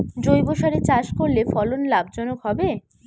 জৈবসারে চাষ করলে ফলন লাভজনক হবে?